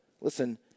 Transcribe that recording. listen